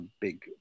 big